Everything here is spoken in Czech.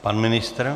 Pan ministr?